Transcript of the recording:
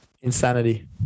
Insanity